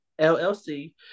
LLC